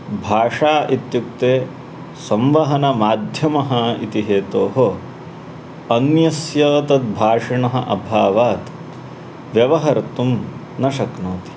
भाषा इत्युक्ते संवहनमाध्यमः इति हेतोः अन्यस्य तद् भाषिणः अभावात् व्यवहर्तुं न शक्नोति